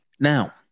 Now